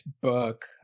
book